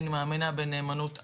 אני מאמינה בנאמנות אחת,